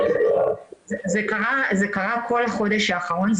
זה קרה כל החודש האחרון.